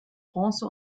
bronze